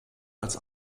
als